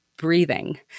breathing